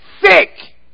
sick